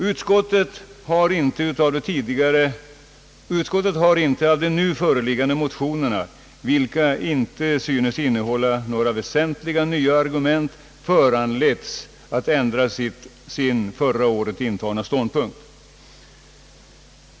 Utskottet har inte av de nu föreliggande motionerna, vilka inte synes innehålla några väsentliga nya argument, föranletts att ändra sin förra året intagna ståndpunkt.